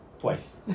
Twice